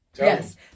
Yes